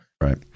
right